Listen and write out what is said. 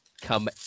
come